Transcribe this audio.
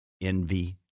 envy